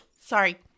Sorry